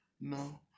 no